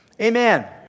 amen